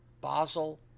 Basel